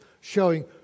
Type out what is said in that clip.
showing